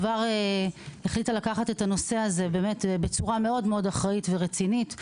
כבר החליטה לקחת את הנושא הזה בצורה מאוד מאוד אחראית ורצינית.